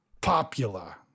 popular